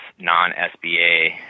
non-SBA